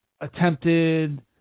attempted